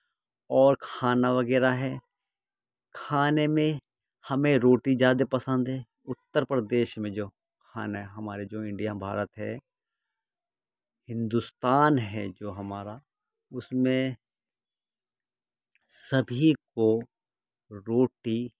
اور کھانا وغیرہ ہے کھانے میں ہمیں روٹی زیادہ پسند ہے اتر پردیش میں جو کھانا ہے ہمارے جو انڈیا بھارت ہے ہندوستان ہے جو ہمارا اس میں سبھی کو روٹی